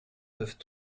peuvent